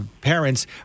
parents